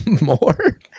more